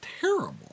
terrible